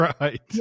Right